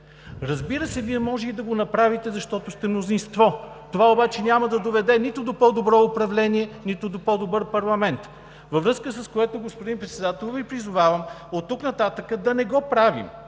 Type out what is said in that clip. Разбира се, Вие може и да го направите, защото сте мнозинство. Това обаче няма да доведе нито до по-добро управление, нито до по-добър парламент. Във връзка с което, господин Председател, Ви призовавам от тук нататък да не го правим.